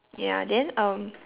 ya then um